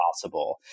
possible